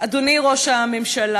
ואדוני ראש הממשלה,